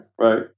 Right